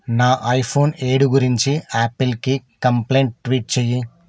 నా ఐఫోన్ ఏడు గురించి యాపిల్కి కంప్లయింట్ ట్వీట్ చేయి